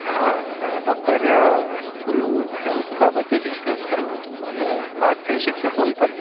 હા ડૉક્ટર થોડું હેલ્થ બાબતે ડિસ્કસ કરવું હતું તમે વાત થઈ શકશે ફોન પર